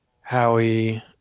Howie –